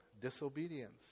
disobedience